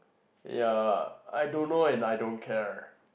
ya I don't know and I don't care